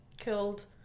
killed